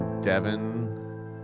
Devin